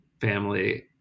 family